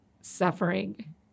suffering